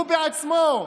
הוא בעצמו,